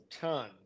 tons